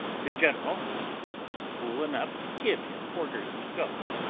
the general was fool enough to give him orders to go,